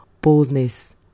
boldness